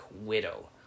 Widow